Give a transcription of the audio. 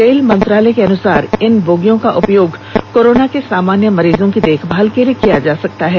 rail मंत्रालय के अनुसार इन बोगियों का उपयोग कोरोना के सामान्य मरीजों की देखभाल के लिए किया जा सकता है